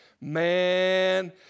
Man